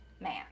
man